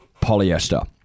polyester